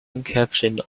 inception